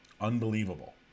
Unbelievable